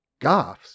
Goffs